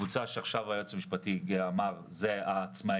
הקבוצה שעכשיו היועץ המשפטי הציג, מן העצמאים,